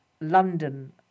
London